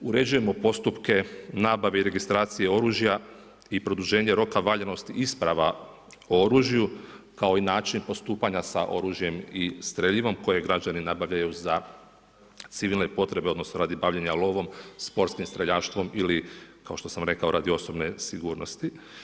Uređujemo postupke nabave i registracije oružja i produženja roka valjanosti isprava o oružju, kao i način postupanja sa oružjem i streljivom koje građani nabavljaju za civilne potrebe odnosno radi bavljenja lovom, sportskim streljaštvom ili kao što sam rekao radi osobne sigurnosti.